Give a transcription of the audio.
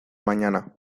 mañana